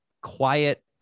quiet